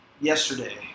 yesterday